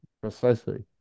Precisely